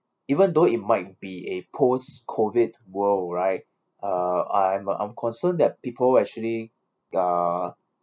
even though it might be a post-COVID world right uh I'm uh I'm concerned that people actually uh